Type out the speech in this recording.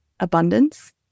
Abundance